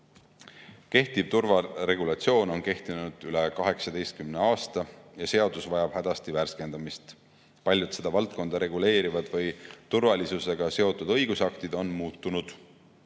turvaregulatsioon on kehtinud üle 18 aasta ja seadus vajab hädasti värskendamist. Paljud seda valdkonda reguleerivad või turvalisusega seotud õigusaktid on muutunud.